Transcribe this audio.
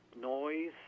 noise